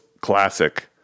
classic